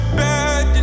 bad